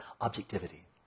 Objectivity